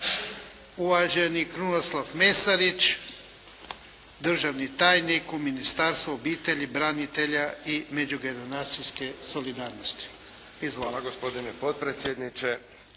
uvaženi Krunoslav Mesarić, državni tajnik u Ministarstvu obitelji, branitelja i međugeneracijske solidarnosti. Izvolite. **Mesarić,